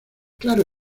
claro